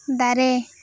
ᱫᱟᱨᱮ